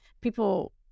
people